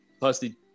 personally